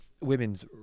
women's